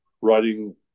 writing